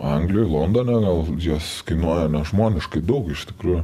anglijoje londone jos kainuoja nežmoniškai daug iš tikrųjų